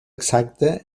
exacta